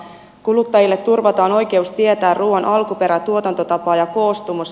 kuluttajille turvataan oikeus tietää ruoan alkuperä tuotantotapa ja koostumus